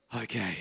Okay